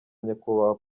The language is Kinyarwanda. nyakubahwa